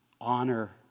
Honor